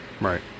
right